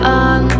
on